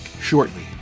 shortly